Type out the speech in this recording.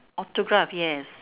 autograph yes